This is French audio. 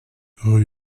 rue